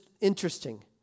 interesting